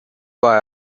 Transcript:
war